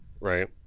right